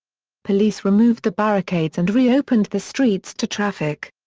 police removed the barricades and re-opened the streets to traffic.